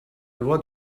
loi